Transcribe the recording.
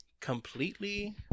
completely